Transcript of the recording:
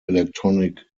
electronic